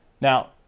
now